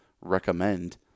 recommend